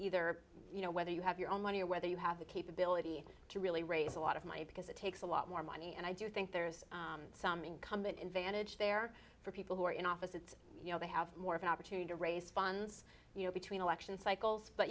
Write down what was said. either you know whether you have your own money or whether you have the capability to really raise a lot of money because it takes a lot more money and i do think there's some incumbent in vantage there for people who are in office it's you know they have more of an opportunity to raise funds you know between election cycles but